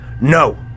No